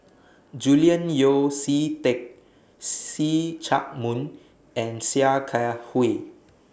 Julian Yeo See Teck See Chak Mun and Sia Kah Hui